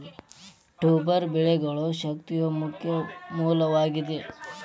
tuber ಬೆಳೆಗಳು ಶಕ್ತಿಯ ಮುಖ್ಯ ಮೂಲವಾಗಿದೆ